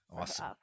Awesome